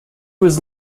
was